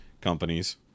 companies